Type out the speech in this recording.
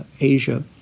Asia